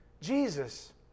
Jesus